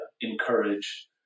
encourage